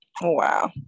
wow